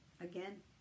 again